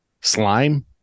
slime